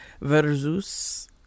Versus